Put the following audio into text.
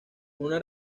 una